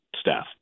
staff